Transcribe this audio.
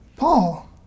Paul